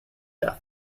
death